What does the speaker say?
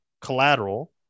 collateral